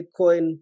Bitcoin